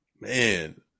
Man